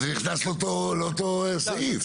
אז הכנסנו אותו לאותו סעיף,